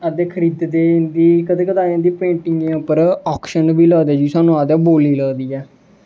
आपें खरीद दे ते कदें कदें इं'दे पेंटिंगें पर ऑक्शन बी लगदे जि'यां साढ़े आखदे बोली लगदी ऐ